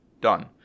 done